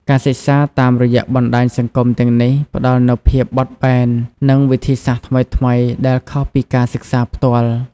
ការសិក្សាតាមរយៈបណ្ដាញសង្គមទាំងនេះផ្តល់នូវភាពបត់បែន និងវិធីសាស្ត្រថ្មីៗដែលខុសពីការសិក្សាផ្ទាល់។